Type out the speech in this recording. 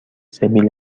سبیل